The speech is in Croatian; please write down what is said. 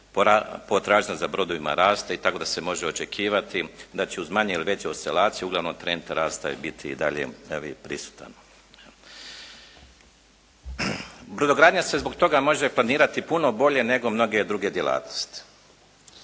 potražnja za brodovima raste i tako da se može očekivati da će uz manje ili veće oscilacije uglavnom trend rasta biti i dalje prisutan. Brodogradnja se zbog toga može planirati puno bolje nego mnoge druge djelatnosti.